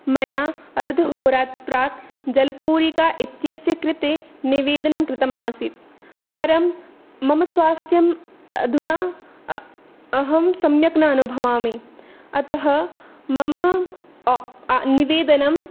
मया अर्धहोरात् प्राक् जलपूरिका इत्यस्य कृते निवेदनं कृतमासीत् परं मम स्वास्थ्यम् अधुना अ अहं सम्यक् न अनुभवामि अतः मम निवेदनम्